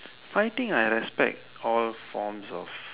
fighting I respect all forms of